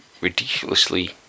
Ridiculously